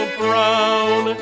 brown